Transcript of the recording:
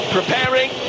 Preparing